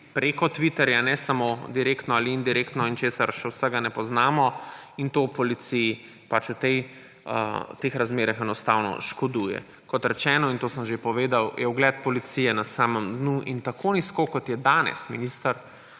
preko Twitterja, ne samo direktno ali indirektno, in česar še vsega ne poznamo. To v policiji pač v teh razmerah enostavno škoduje. Kot rečeno − in to sem že povedal −, je ugled policije na samem dnu in tako nizko, kot je danes, minister,